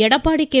Edappadi K